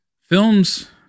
films